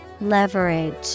Leverage